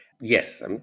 Yes